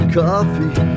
coffee